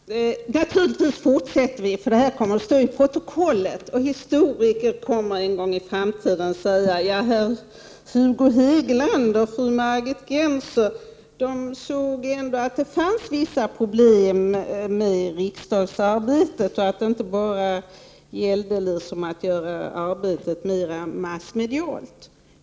Herr talman! Naturligtvis fortsätter vi, för det här kommer att stå i protokollet, och historiker kommer en gång i framtiden att säga: Herr Hugo Hegeland och fru Margit Gennser såg ändå att det fanns vissa problem med riksdagsarbetet och att det inte bara gällde att göra arbetet mera massmedialt.